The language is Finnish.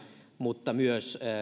mutta myös kerännyt